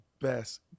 best